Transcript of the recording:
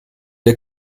der